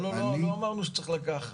לא אמרנו שצריך לקחת.